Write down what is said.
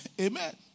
Amen